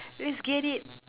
let's get it